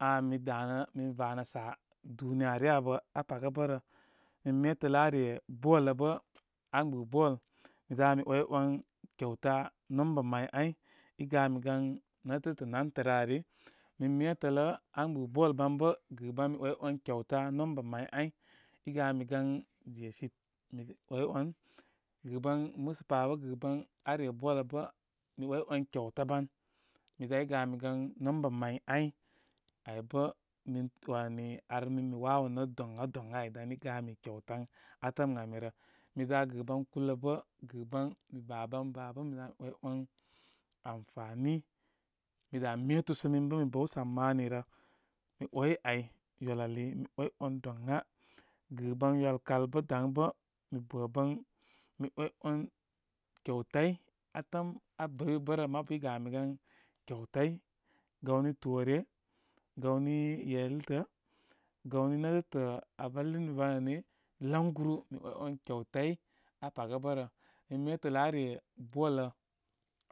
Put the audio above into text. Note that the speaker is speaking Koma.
A'a mi danə min vanə sá duniya vyə abə apaga bə rə. Min metələ aa re ball lə bə. Agbɨ ball, mi za mi ‘way ‘wan kyauta nomba may áy, i gami gan nétətə nantərə ari. Min metələ, an gbɨ ball ban bə gɨban mi way ‘wan kyauta nomba may áy. I gamigan jesey, mi ‘wayewan gɨban muspa bə gɨban, aa re ball lə bə, mi ‘way ‘wan kyauta ban. Mi za i gamigan nomba may áy. Aybə min wani ar min mi wawonə doŋa, doŋa áy dan i gami kyauta atəm ən amirə. Miza gɨban kulə bə gɨban mi baban baa bə miza mi ‘way ‘wan amfani mi dá metú sə min bə mi bəw samani rə. Mi ‘way áy. Ywal ali mi ‘wayaran doŋa kɨban ywal lal bə daŋbə mi bə bən mi ‘wayawan kyautai atəm abəybə bərə mabu i aami gan kyautai, gawni toone, gawni yaltə gawai netə tə aa valimivan ani, laŋguru mi avay. Wan kyautai aa paga bə rə. Min metələ are ball tə,